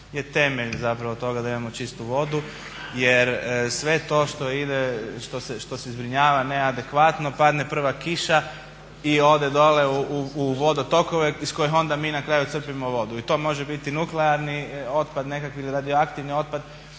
je temelj zapravo toga da imamo čistu vodu jer sve to što se zbrinjava neadekvatno padne prva kiša i ode dole u vodotokove iz kojih onda mi na kraju crpimo vodu. I to može biti nuklearni otpad ili radioaktivni otpad,